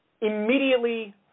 immediately